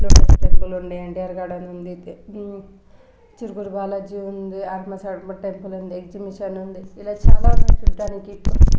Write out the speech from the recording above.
lotus temple ఉంది NTR garden ఉంది చిలుకూరి బాలాజీ ఉంది ఆట్మా సట్మా టెంపుల్ ఉంది ఎగ్జిబిషన్ ఉంది ఇలా చాలా ఉన్నాయి చూడడానికి